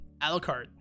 Alucard